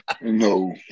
No